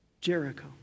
Jericho